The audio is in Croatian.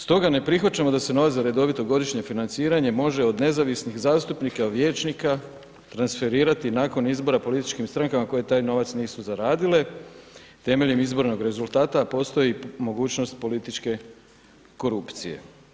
Stoga ne prihvaćamo da se novac za redovito godišnje financiranje, može od nezavisnog zastupnika, vijećnika, transferirati nakon izbora političkim strankama koje taj novac nisu zaradile temeljem izbornog rezultata, a postoji mogućnost političke korupcije.